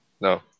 no